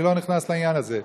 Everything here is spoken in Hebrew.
אני לא נכנס לעניין הזה.